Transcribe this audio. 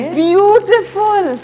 beautiful